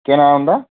केह् नांऽ उं'दा